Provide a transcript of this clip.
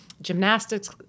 gymnastics